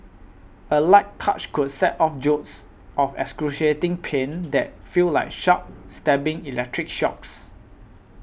a light touch could set off jolts of excruciating pain that feel like sharp stabbing electric shocks